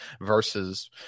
versus